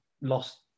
lost